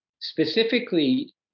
Specifically